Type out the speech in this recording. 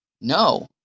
no